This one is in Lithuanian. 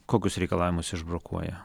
kokius reikalavimus išbrokuoja